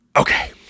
Okay